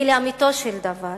כי לאמיתו של דבר